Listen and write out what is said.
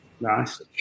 nice